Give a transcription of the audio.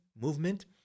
movement